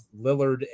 Lillard